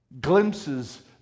glimpses